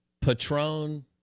Patron